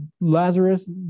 lazarus